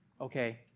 okay